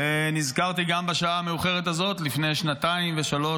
ונזכרתי שגם בשעה המאוחרת הזאת לפני שנתיים ושלוש,